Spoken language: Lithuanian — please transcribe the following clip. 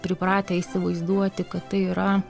pripratę įsivaizduoti kad tai yra